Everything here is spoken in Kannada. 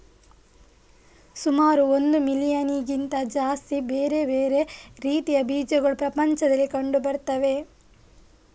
ಸುಮಾರು ಒಂದು ಮಿಲಿಯನ್ನಿಗಿಂತ ಜಾಸ್ತಿ ಬೇರೆ ಬೇರೆ ರೀತಿಯ ಬೀಜಗಳು ಪ್ರಪಂಚದಲ್ಲಿ ಕಂಡು ಬರ್ತವೆ